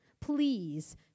Please